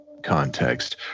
context